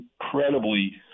incredibly